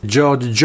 George